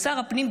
שר הפנים,